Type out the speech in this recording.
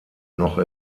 noch